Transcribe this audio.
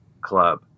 club